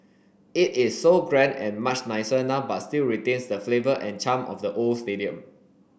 it is so grand and much nicer now but still retains the flavour and charm of the old stadium